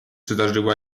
zdarzyła